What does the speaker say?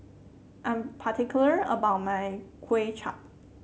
I'm particular about my Kuay Chap